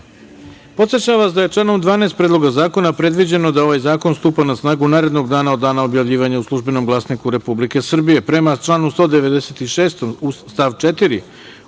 načelu. Podsećam vas da je članom 12. Predloga zakona predviđeno da ovaj zakon stupa na snagu narednog dana od dana objavljivanja u „Službenom glasniku Republike Srbije“.Prema članu 196. stav 4.